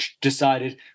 decided